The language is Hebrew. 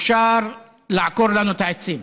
אפשר לעקור לנו את העצים,